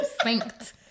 synced